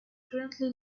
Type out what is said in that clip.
currently